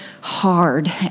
hard